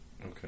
Okay